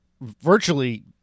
Virtually